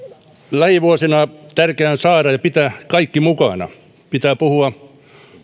lähivuosina tärkeää on saada kaikki mukaan ja pitää kaikki mukana pitää puhua